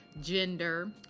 gender